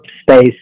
space